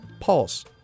pulse